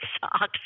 socks